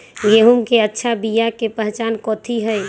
गेंहू के अच्छा बिया के पहचान कथि हई?